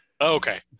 Okay